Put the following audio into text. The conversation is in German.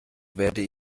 werde